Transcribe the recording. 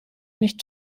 nicht